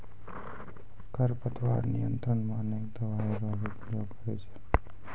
खरपतवार नियंत्रण मे अनेक दवाई रो भी प्रयोग करे छै